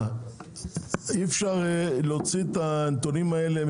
אי אפשר להוציא את הנתונים האלה?